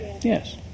Yes